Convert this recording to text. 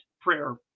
prayer